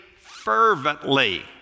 fervently